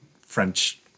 French